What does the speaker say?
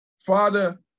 Father